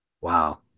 Wow